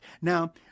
Now